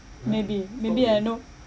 maybe maybe I know